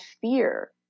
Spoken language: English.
fear